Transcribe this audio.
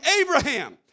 Abraham